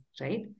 right